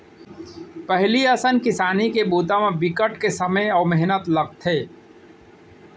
पहिली असन किसानी बूता म बिकट के समे अउ मेहनत लगथे